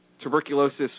tuberculosis